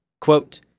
Quote